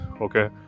Okay